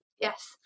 Yes